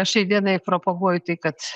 aš šiai dienai propaguoju tai kad